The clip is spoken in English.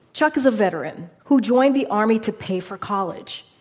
chuck is a veteran who joined the army to pay for college.